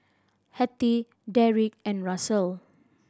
Hattie Deric and Russel